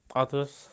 others